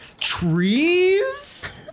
Trees